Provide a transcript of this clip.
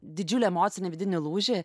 didžiulį emocinį vidinį lūžį